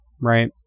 right